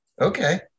Okay